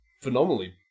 phenomenally